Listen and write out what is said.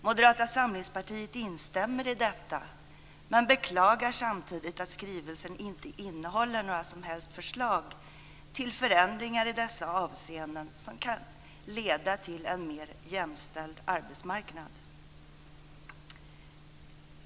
Moderata samlingspartiet instämmer i detta men beklagar samtidigt att skrivelsen inte innehåller några som helst förslag till förändringar i dessa avseenden som kan leda till en mer jämställd arbetsmarknad.